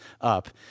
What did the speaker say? Up